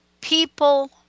People